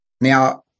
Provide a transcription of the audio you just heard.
now